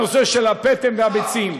הנושא של הפטם והביצים.